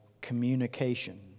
communication